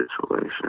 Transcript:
situation